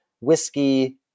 whiskey